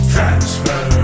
Transfer